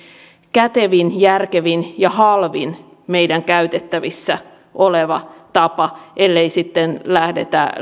kätevin järkevin ja halvin meidän käytettävissämme oleva tapa ellei sitten lähdetä